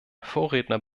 vorredner